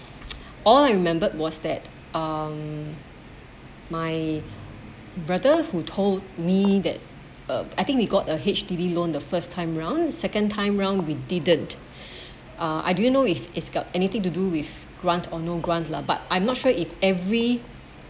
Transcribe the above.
all I remembered was that um my brother who told me that uh I think we got a H_D_B loan the first time round the second time round we didn't uh I didn't know if it's got anything to do with grant or no grant lah but I'm not sure if every